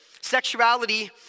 sexuality